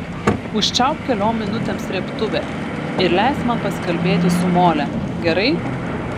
užčiaupk keliom minutėm srėbtuvę ir leisk man pasikalbėti su mole gerai